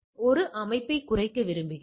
இந்த வினா உங்களுக்கு புரிகிறதா